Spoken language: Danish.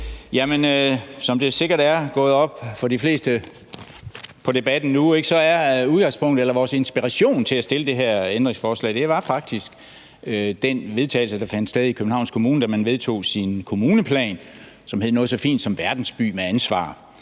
Som det sikkert er gået op for de fleste i debatten nu, var udgangspunktet eller vores inspiration til at fremsætte det her forslag faktisk den vedtagelse, der fandt sted i Københavns Kommune, da man vedtog sin kommuneplan, som hed noget så fint som »Verdensby med ansvar«,